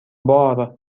بار